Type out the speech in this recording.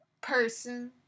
person